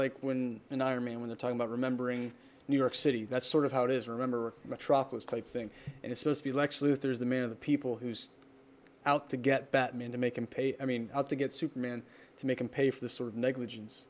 like when and i mean when they're talking about remembering new york city that's sort of how it is remember metropolis type thing and it's mostly lex luthor is the man of the people who's out to get batman to make him pay i mean to get superman to make him pay for this sort of negligence